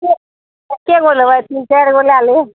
एके गो लेबै तीन चारि गो लए लेबै